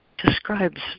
describes